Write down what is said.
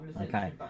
Okay